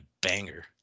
banger